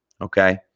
Okay